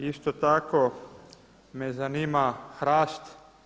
Isto tako me zanima Hrast.